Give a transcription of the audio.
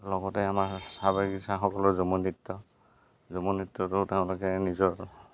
লগতে আমাৰ চাহ বাগিচাসকলৰ ঝুমুৰ নৃত্য ঝুমুৰ নৃত্যটো তেওঁলোকে নিজৰ